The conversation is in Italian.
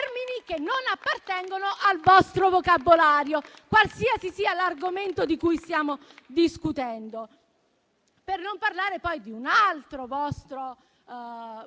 che non appartengono al vostro vocabolario. Qualsiasi sia l'argomento di cui stiamo discutendo. Per non parlare poi di un altro vostro